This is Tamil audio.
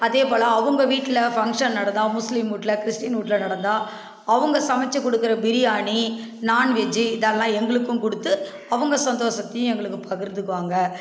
அதேபோல் அவங்க வீட்டில் ஃபங்க்ஷன் நடந்தால் முஸ்லீம் வீட்ல கிறிஸ்டீன் வீட்ல நடந்தால் அவங்க சமைச்சு கொடுக்குற பிரியாணி நான்வெஜ்ஜி இதெல்லாம் எங்களுக்கும் கொடுத்து அவங்க சந்தோஷத்தையும் எங்களுக்கு பகிர்ந்துக்குவாங்க